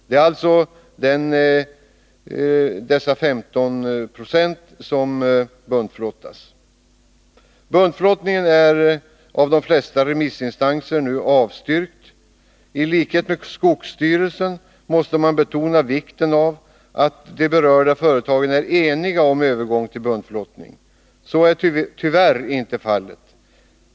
Det är dessa 15 92 som flottas. Buntflottningen är avstyrkt av de flesta remissinstanser. I likhet med skogsstyrelsen måste man betona vikten av att de berörda företagen är eniga om en övergång till buntflottning. Så är tyvärr inte fallet.